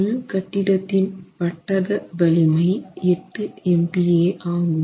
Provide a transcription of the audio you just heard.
கல் கட்டிடத்தின் பட்டக வலிமை 8 MPa ஆகும்